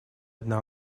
одна